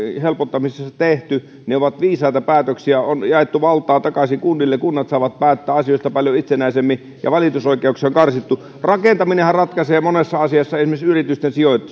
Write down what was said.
helpottamisessa tehty ovat viisaita päätöksiä on jaettu valtaa takaisin kunnille kunnat saavat päättää asioista paljon itsenäisemmin ja valitusoikeuksia on karsittu rakentaminenhan ratkaisee monessa asiassa esimerkiksi yritysten